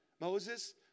Moses